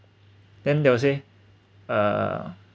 then there was a err